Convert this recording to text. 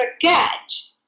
catch